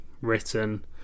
written